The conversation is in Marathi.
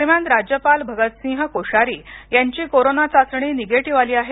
दरम्यान राज्यपाल भगतसिंह कोश्यारी यांची कोरोना चाचणी निगेटिव्ह आली आहे